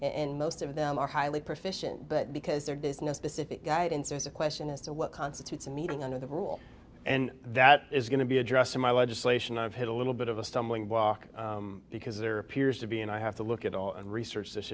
and most of them are highly proficient but because they're business specific guidance there's a question as to what constitutes a meeting under the rule and that is going to be addressed in my legislation i've hit a little bit of a stumbling block because there appears to be and i have to look at all and research this